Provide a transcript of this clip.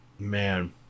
man